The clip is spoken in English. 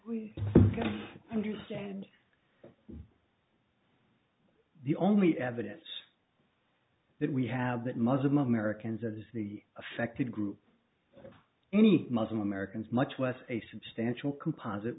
we understand the only evidence that we have that muslim americans as the affected group of any muslim americans much less a substantial compo